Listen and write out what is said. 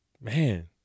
man